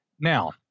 Now